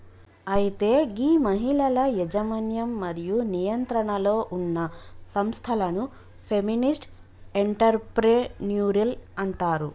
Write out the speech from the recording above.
అయితే గీ మహిళల యజమన్యం మరియు నియంత్రణలో ఉన్న సంస్థలను ఫెమినిస్ట్ ఎంటర్ప్రెన్యూరిల్ అంటారు